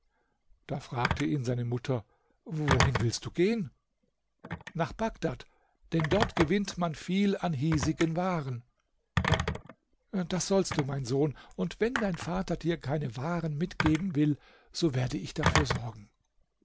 da fragte ihn seine mutter wohin willst du gehen nach bagdad denn dort gewinnt man viel an hiesigen waren das sollst du mein sohn und wenn dein vater dir keine waren mitgeben will so werde ich dafür sorgen